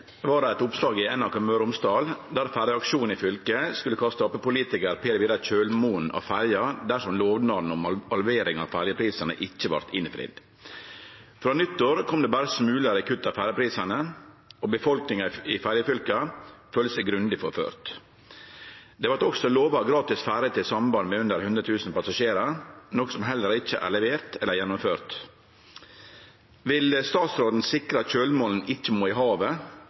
var det eit oppslag i NRK Møre og Romsdal der ferjeaksjonen i fylket skulle kaste Ap-politikar Per Vidar Kjølmoen av ferja dersom lovnaden om halvering av ferjetakstane ikkje vart innfridd. Frå nyttår kom det berre smular i kutt av ferjeprisane, og befolkninga i ferjefylka føler seg grundig forført. Det vart også lova gratis ferjer til samband med under 100 000 passasjerar, noko som heller ikkje er levert eller gjennomført. Vil statsråden sikre at Kjølmoen ikkje må i havet,